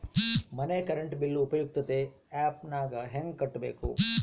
ಮನೆ current bill ಉಪಯುಕ್ತತೆ app ನಾಗ ಹೆಂಗ ಕಟ್ಟಬೇಕು?